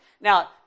Now